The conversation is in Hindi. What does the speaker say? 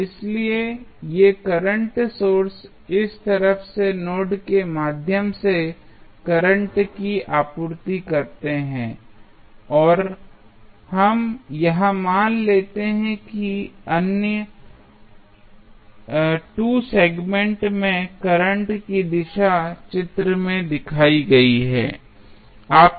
इसलिए ये करंट सोर्स इस तरफ से नोड के माध्यम से करंट की आपूर्ति करते हैं और हम यह मान लेते हैं कि अन्य 2 सेगमेंट में करंट की दिशा चित्र में दिखाई गई है